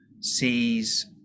sees